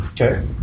Okay